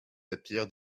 appeared